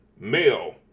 Male